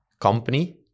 company